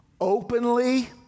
openly